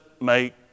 make